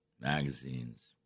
magazines